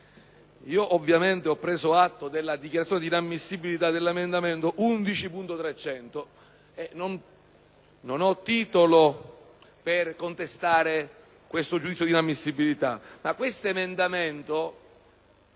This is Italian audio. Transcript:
ovviamente ho preso atto della dichiarazione di inammissibilità dell'emendamento 11.300, e non ho titolo per contestare tale giudizio. Tuttavia, questo emendamento,